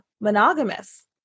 monogamous